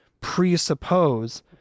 presuppose